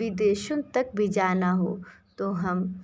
विदेशों तक भी जाना हो तो हम